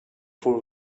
for